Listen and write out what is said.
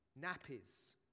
nappies